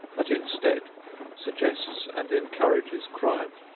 but instead suggests and encourages crime.